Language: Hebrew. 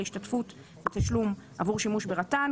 להשתתפות בתשלום עבור שימוש ברט"ן,